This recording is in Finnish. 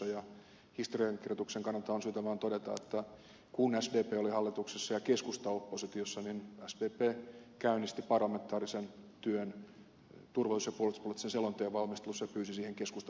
historiankirjoituksen kannalta on syytä vaan todeta että kun sdp oli hallituksessa ja keskusta oppositiossa niin sdp käynnisti parlamentaarisen työn turvallisuus ja puolustuspoliittisen selonteon valmistelussa ja pyysi siihen keskustapuolueen mukaan